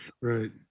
Right